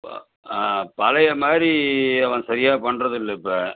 இப்போ ஆ பழைய மாதிரி அவன் சரியாக பண்ணுறதில்ல இப்போ